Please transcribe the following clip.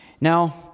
Now